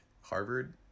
Harvard